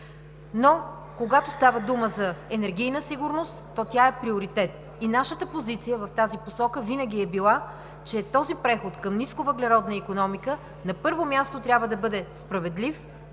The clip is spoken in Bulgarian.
но когато става дума за енергийна сигурност, то тя е приоритет. Нашата позиция в тази посока винаги е била, че този преход към нисковъглеродна икономика, на първо място, трябва да бъде справедлив,